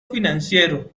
financiero